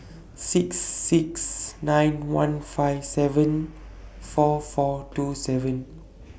six six nine one five seven four four two seven